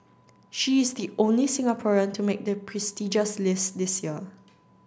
she is the only Singaporean to make the prestigious list this year